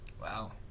Wow